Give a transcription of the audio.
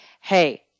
Hey